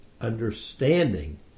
understanding